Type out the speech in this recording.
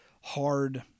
hard